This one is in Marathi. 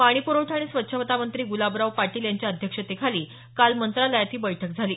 पाणीप्रवठा आणि स्वच्छता मंत्री गुलाबराव पाटील यांच्या अध्यक्षतेखाली काल मंत्रालयात ही बैठक झाली